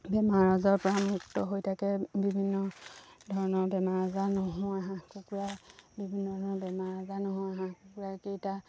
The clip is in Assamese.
বেমাৰ আজাৰপৰা মুক্ত হৈ থাকে বিভিন্ন ধৰণৰ বেমাৰ আজাৰ নহয় হাঁহ কুকুৰা বিভিন্ন ধৰণৰ বেমাৰ আজাৰ নহয় হাঁহ কুকুৰাকেইটা